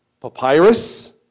papyrus